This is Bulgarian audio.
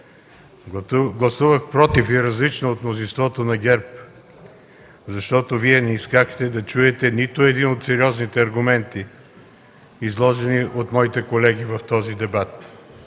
Гласувах „против” и различно от мнозинството на ГЕРБ, защото Вие не поискахте да чуете нито един от сериозните аргументи, изложени от колегите ми в този дебат.